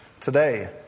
today